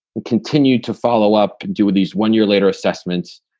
we'll continue to follow up do with these one year later assessments.